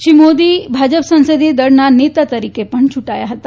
શ્રી મોદી ભાજપ સંસદીય દળના નેતા તરીકે પણ ચૂંટાયા ફતા